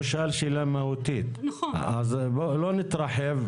הוא שאל שאלה מהותית אז לא נתרחב.